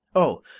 oh,